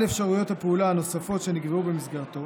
על אפשרויות הפעולה הנוספות שנקבעו במסגרתו,